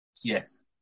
Yes